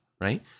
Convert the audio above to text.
right